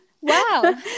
Wow